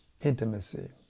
intimacy